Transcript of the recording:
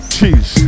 Cheese